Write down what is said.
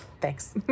Thanks